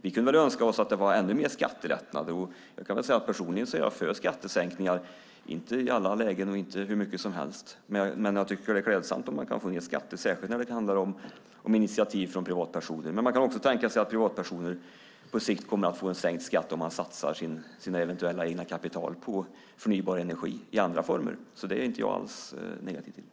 Vi kunde väl önska oss att det var ännu mer skattelättnader. Jag kan säga att jag personligen är för skattesänkningar, men inte i alla lägen och inte hur mycket som helst. Jag tycker att det är klädsamt om man kan få ned skatten, särskilt när det handlar om initiativ från privatpersoner. Men man kan också tänka sig att privatpersoner på sikt kommer att få sänkt skatt om de satsar sitt eget kapital på förnybar energi i andra former. Det är jag inte alls negativ till.